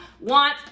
want